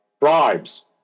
bribes